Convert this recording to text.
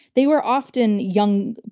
they were often young,